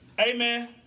Amen